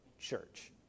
Church